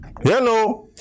Hello